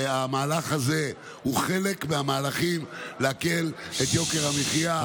המהלך הזה הוא חלק מהמהלכים להקל את יוקר המחיה.